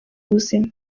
ubuzima